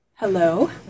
Hello